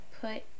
put